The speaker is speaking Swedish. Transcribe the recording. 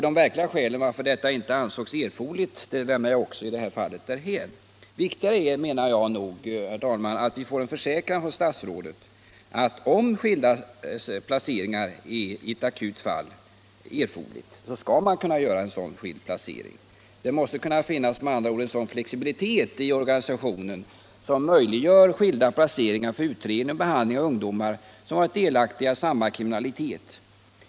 De verkliga skälen - till att detta inte ansågs erforderligt lämnar jag också i detta sammanhang därhän. Viktigare är, herr talman, att vi får en försäkran från statsrådet om att om skilda placeringar erfordras i ett akut fall skall man också kunna åstadkomma dem. Med andra ord måste det finnas en flexibilitet i organisationen som möjliggör skilda placeringar för utredning och behandling av ungdomar som varit delaktiga i samma kriminalitet.